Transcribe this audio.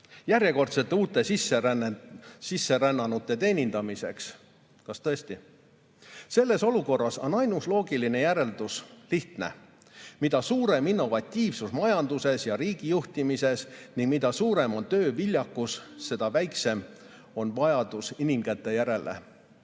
järjekordsete uute sisserännanute teenindamiseks? Kas tõesti? Selles olukorras on ainus loogiline järeldus lihtne: mida suurem on innovatiivsus majanduses ja riigi juhtimises ning mida suurem on tööviljakus, seda väiksem on vajadus inimkäte järele.